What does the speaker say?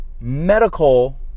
Medical